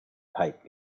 pipe